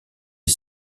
est